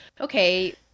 okay